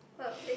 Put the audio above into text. !wow!